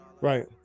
right